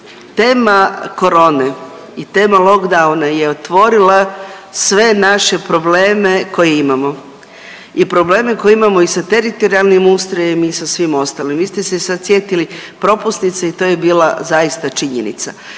tema corone i tema lock downa je otvorila sve naše probleme koje imamo. I probleme koje imamo i sa teritorijalnim ustrojem i sa svim ostalim. Vi ste se sad sjetili propusnice i to je bila zaista činjenica.